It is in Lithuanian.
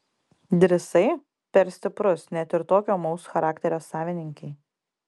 drįsai per stiprus net ir tokio ūmaus charakterio savininkei